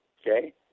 Okay